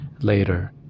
Later